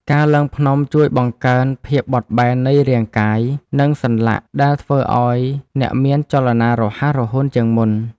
ការឡើងភ្នំជួយបង្កើនភាពបត់បែននៃរាងកាយ និងសន្លាក់ ដែលធ្វើឱ្យអ្នកមានចលនារហ័សរហួនជាងមុន។